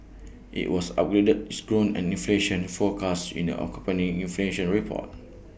IT was upgraded its growth and inflation forecast in the accompanying inflation report